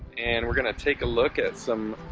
and we're gonna take a look at some